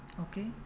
Okay